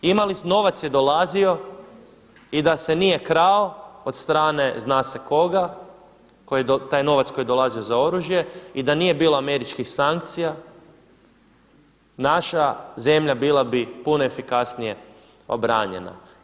Novac je dolazio i da se nije krao od strane zna se koga, taj novac koji je dolazio za oružje i da nije bilo američkih sankcija naša zemlja bila bi puno efikasnije obranjena.